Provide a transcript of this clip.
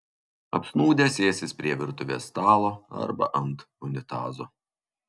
apsnūdę sėsis prie virtuvės stalo arba ant unitazo